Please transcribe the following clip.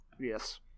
Yes